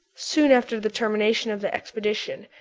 soon after the termination of the expedition,